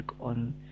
on